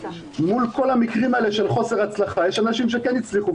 מול כל המקרים האלה של חוסר הצלחה יש אנשים שכן הצליחו.